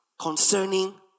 Concerning